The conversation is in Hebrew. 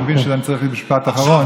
אני מבין שאני צריך להגיד משפט אחרון.